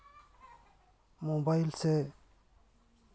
mobile ᱥᱮ